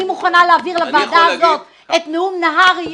מוכנה להעביר לוועדה הזאת את נאום נהרי,